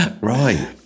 Right